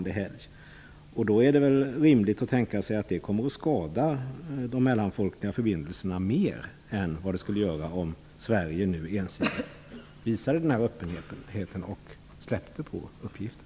Det är väl rimligt att tänka sig att det kommer att skada de mellanfolkliga förbindelserna mer än om Sverige ensidigt visade denna öppenhet och hävde hemligstämpeln på uppgifterna.